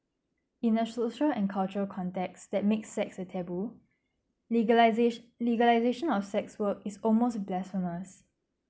in a social and cultural context that make sex a taboo legalisa~ legalisation of sex work is almost bless from us